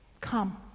Come